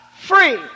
free